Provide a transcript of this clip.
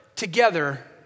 Together